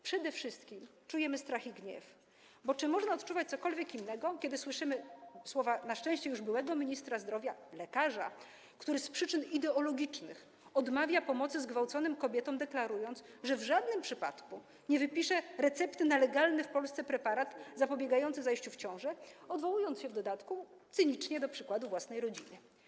Przede wszystkim czujemy strach i gniew, bo czy można odczuwać cokolwiek innego, kiedy słyszymy słowa na szczęście już byłego ministra zdrowia, lekarza, który z przyczyn ideologicznych odmawia pomocy zgwałconym kobietom, deklarując, że w żadnym przypadku nie wypisze recepty na legalny w Polsce preparat zapobiegający zajściu w ciążę, odwołując się w dodatku cynicznie do przykładu własnej rodziny.